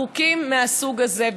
החוקים מהסוג הזה,